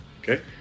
Okay